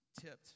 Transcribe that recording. tipped